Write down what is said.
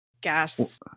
gas